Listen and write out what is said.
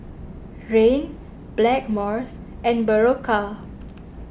Rene Blackmores and Berocca